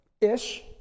ish